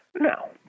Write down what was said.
now